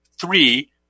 three